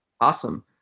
Awesome